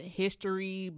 history